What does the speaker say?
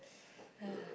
um